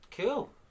Cool